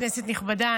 כנסת נכבדה,